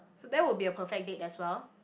so that would be a perfect date as well